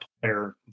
player